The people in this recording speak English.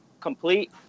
complete